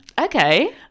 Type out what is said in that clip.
Okay